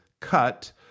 cut